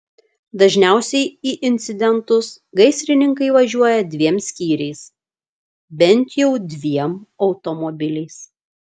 dažniausiai į incidentus gaisrininkai važiuoja dviem skyriais bent jau dviem automobiliais